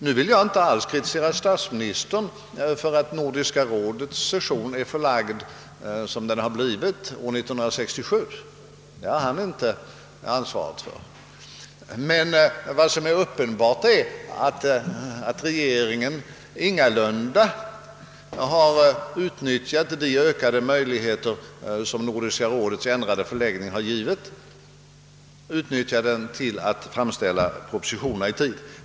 Nu vill jag alls inte kritisera statsministern för att Nordiska rådets session i år blivit förlagd till den tidpunkt som skett. Statsministern bär inte något ansvar för detta. Men vad som är uppenbart är att regeringen ingalunda har utnyttjat de ökade möjligheter som Nordiska rådets ändrade förläggning har givit till att framlägga propositionerna i tid.